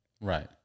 Right